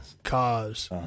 Cause